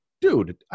dude